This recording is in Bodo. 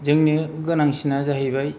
जोंनो गोनांसिना जाहैबाय